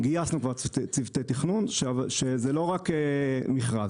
גייסנו כבר צוותי תכנון, שזה לא רק מכרז.